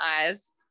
eyes